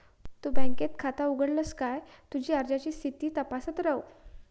तु बँकेत खाता उघडलस काय तुझी अर्जाची स्थिती तपासत रव